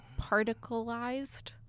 particleized